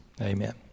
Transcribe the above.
Amen